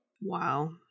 Wow